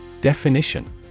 Definition